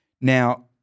Now